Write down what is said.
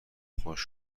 خشک